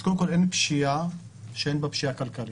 אז קודם כול, אין פשיעה שאין בה פשיעה כלכלית.